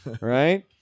right